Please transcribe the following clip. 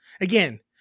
again